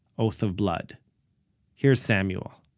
oath of blood here's samuel